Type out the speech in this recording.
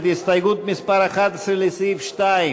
ההסתייגות (11) של קבוצת סיעת יש עתיד,